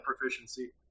proficiency